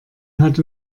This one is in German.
hat